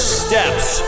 steps